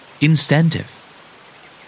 Incentive